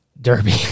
Derby